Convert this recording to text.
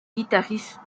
guitaristes